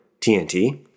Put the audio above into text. TNT